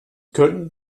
können